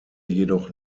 jedoch